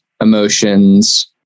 emotions